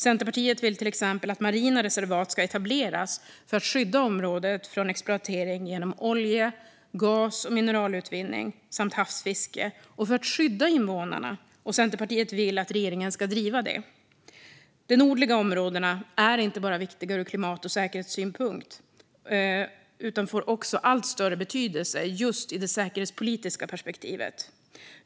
Centerpartiet vill till exempel att marina reservat ska etableras för att skydda området från exploatering genom olje, gas och mineralutvinning samt havsfiske och för att skydda invånarna, och Centerpartiet vill att regeringen ska driva detta. De nordliga områdena är viktiga inte bara ur klimatsynpunkt utan får också allt större betydelse i det säkerhetspolitiska perspektivet.